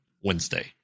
Wednesday